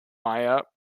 maya